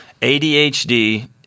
ADHD